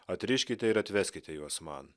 atriškite ir atveskite juos man